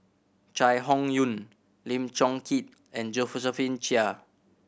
Chai Hon Yoong Lim Chong Keat and Josephine Chia